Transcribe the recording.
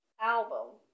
album